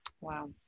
Wow